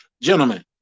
Gentlemen